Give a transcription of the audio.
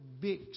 big